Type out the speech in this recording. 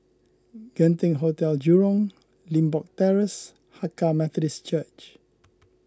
Genting Hotel Jurong Limbok Terrace Hakka Methodist Church